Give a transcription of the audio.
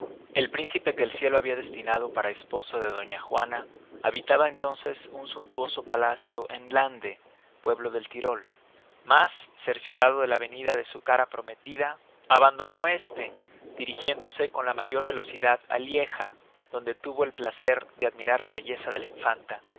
el príncipe que el cielo habia destinado para esposo de doña juana habitaba entonces un suntuoso palacio en lande pueblo del tirol mas cerciorado de la venida de su cara prometida abandonó este dirigiéndose con la mayor velocidad á lieja donde tuvo el placer de admirar la belleza de la infanta